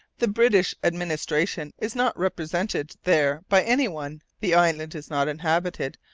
the british administration is not represented there by anyone, the island is not inhabited,